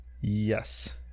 Yes